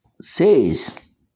says